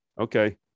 Okay